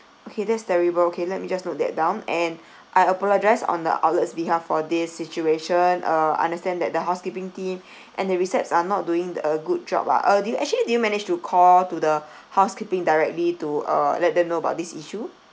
okay that's terrible okay let me just note that down and I apologise on the outlets behalf for this situation uh understand that the housekeeping team and the receps are not doing a good job ah uh do you actually do you manage to call to the housekeeping directly to uh let them know about this issue